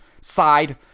side